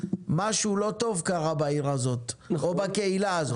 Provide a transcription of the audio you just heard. משהו לא טוב קרה בעיר הזאת או בקהילה הזאת.